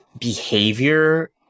behavior